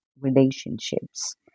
relationships